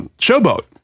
Showboat